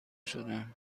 شدم